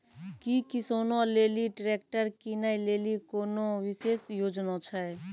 कि किसानो लेली ट्रैक्टर किनै लेली कोनो विशेष योजना छै?